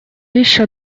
еще